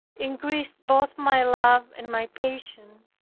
increased both my love and my patience,